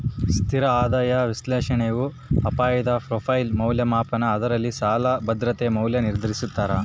ಸ್ಥಿರ ಆದಾಯ ವಿಶ್ಲೇಷಣೆಯು ಅಪಾಯದ ಪ್ರೊಫೈಲ್ ಮೌಲ್ಯಮಾಪನ ಆಧಾರದಲ್ಲಿ ಸಾಲ ಭದ್ರತೆಯ ಮೌಲ್ಯ ನಿರ್ಧರಿಸ್ತಾರ